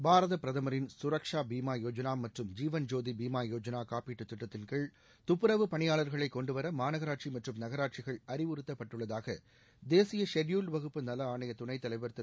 பாரதப் பிரதமரின் சுரக்ஷா பீமா யோஜனா மற்றும் ஜீவன்ஜோதி பீமா யோஜனா காப்பீட்டு திட்டத்தின்கீழ் துப்புரவுப் பணியாளர்களை கொண்டுவர மாநகராட்சி மற்றும் நகராட்சிகள் அறிவுறுத்தப்பட்டுள்ளதாக தேசிய ஷெட்யூல்டு வகுப்பு நல ஆணைய துணைத் தலைவர் திரு